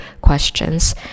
questions